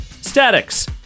Statics